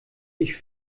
ich